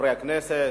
חברי הכנסת,